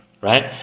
right